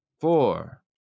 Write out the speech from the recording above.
four